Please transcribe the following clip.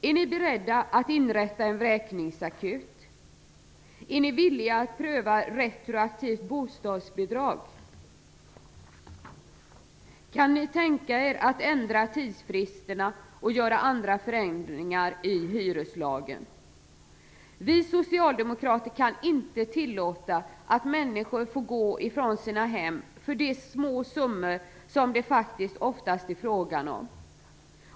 Är ni beredda att inrätta en vräkningsakut? Är ni villiga att pröva retroaktivt bostadsbidrag? Kan ni tänka er att ändra tidsfristerna och göra andra förenklingar i hyreslagen? Vi socialdemokrater kan inte tillåta att människor får gå ifrån sina hem på grund av de små summor som det faktiskt oftast är fråga om.